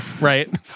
right